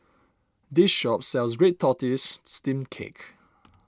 this shop sells Red Tortoise Steamed Cake